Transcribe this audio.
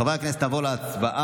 חברי הכנסת, נעבור להצבעה,